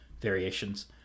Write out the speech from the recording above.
variations